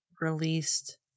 released